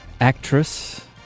Actress